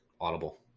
Audible